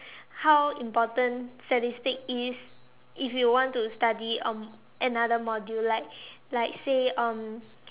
how important statistics is if you want to study um another module like like say um